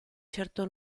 certo